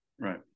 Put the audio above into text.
Right